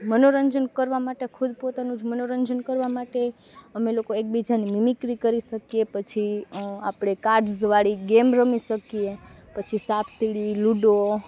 મનોરંજન કરવાં માટે ખુદ પોતાનું જ મનોરંજન કરવાં માટે અમે લોકો એકબીજાની મિમિક્રી કરી શકીએ પછી આપણે કાર્ડઝ વાળી ગેમ રમી શકીએ પછી સાપ સીડી લુડો